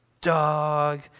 dog